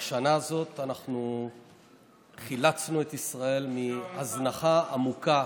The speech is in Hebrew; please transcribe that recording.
ובשנה הזאת אנחנו חילצנו את ישראל מהזנחה עמוקה